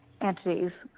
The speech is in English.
entities